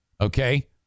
okay